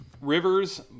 Rivers